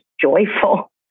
joyful